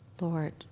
Lord